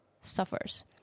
suffers